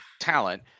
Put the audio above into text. talent